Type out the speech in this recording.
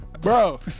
Bro